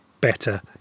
better